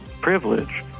privilege